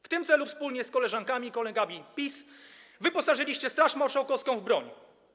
W tym celu wspólnie z koleżankami i kolegami z PiS wyposażyliście Straż Marszałkowską w broń.